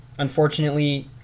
Unfortunately